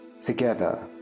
together